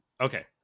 okay